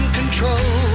control